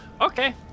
Okay